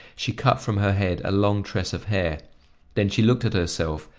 she cut from her head a long tress of hair then she looked at herself,